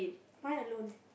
why alone